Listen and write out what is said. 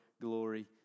glory